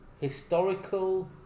historical